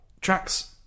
tracks